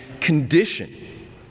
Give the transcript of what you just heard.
condition